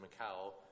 Macau